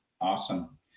Awesome